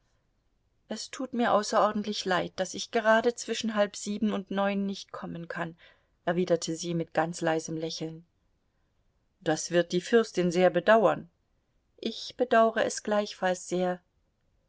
es tut mir außerordentlich leid daß ich gerade zwischen halb sieben und neun nicht kommen kann erwiderte sie mit ganz leisem lächeln das wird die fürstin sehr bedauern ich bedauere es gleichfalls sehr